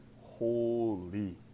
holy